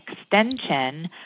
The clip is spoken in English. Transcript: extension